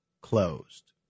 closed